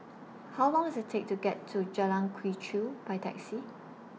How Long Does IT Take to get to Jalan Quee Chew By Taxi